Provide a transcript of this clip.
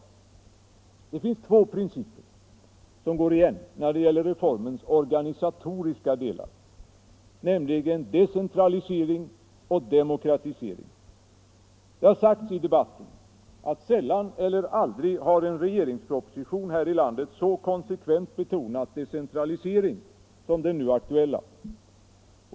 Det finns två principer som går igen när det gäller reformens organisatoriska delar, nämligen decentralisering och demokratisering. Det har sagts i debatten att sällan eller aldrig har en regeringsproposition här i landet så konsekvent betonat decentralisering som den nu aktuella.